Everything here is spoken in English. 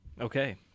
Okay